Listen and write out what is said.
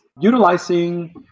Utilizing